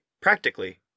practically